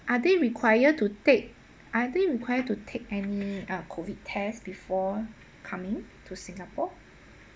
are they require to take are they require to take any uh COVID test before coming to singapore